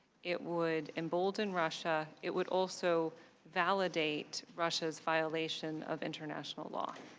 it would embolden russia, it would also validate russia's violation of international law.